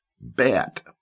Bat